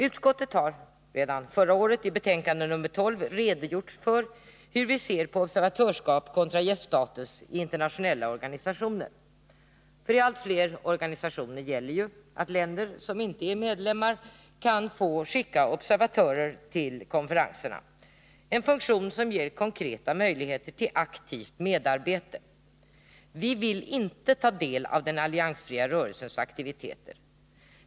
Utskottet har redan förra året i betänkande nr 12 redogjort för hur vi ser på observatörskap kontra gäststatus i internationella organisationer. I allt fler organisationer gäller att länder som inte är medlemmar kan få skicka observatörer till konferenserna, något som ger konkreta möjligheter till aktivt medarbete. Vi vill inte ta del i den alliansfria rörelsens aktiviteter.